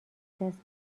دست